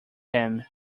him